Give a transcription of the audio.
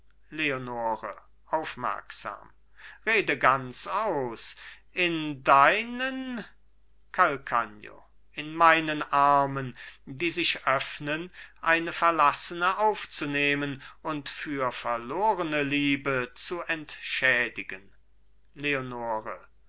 leonore aufmerksam rede ganz aus in deinen calcagno in meinen armen die sich öffnen eine verlassene aufzunehmen und für verlorene liebe zu entschädigen leonore